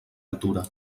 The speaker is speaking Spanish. altura